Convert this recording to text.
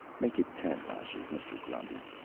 make it ten lashes, mr. grundy.